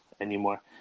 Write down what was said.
anymore